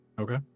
Okay